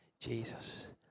Jesus